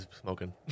smoking